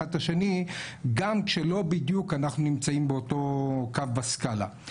את השני גם כשלא בדיוק אנחנו נמצאים באותו קו בסקאלה.